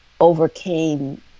overcame